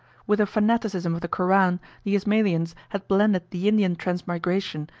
with the fanaticism of the koran the ismaelians had blended the indian transmigration,